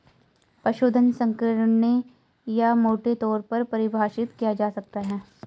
पशुधन संकीर्ण या मोटे तौर पर परिभाषित किया जा सकता है